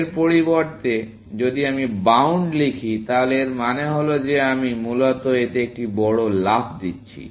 এর পরিবর্তে যদি আমি বাউন্ড লিখি তাহলে এর মানে হল যে আমি মূলত এতে একটি বড় লাফ দিচ্ছি